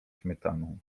śmietaną